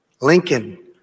Lincoln